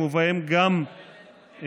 ובהם גם הרזרבי,